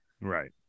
Right